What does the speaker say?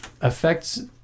affects